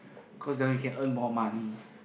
cause that one you can earn more money